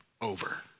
over